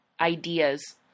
ideas